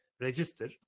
register